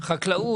לחקלאות.